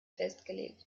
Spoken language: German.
festgelegt